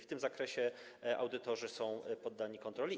W tym zakresie audytorzy są poddani kontroli.